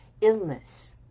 illness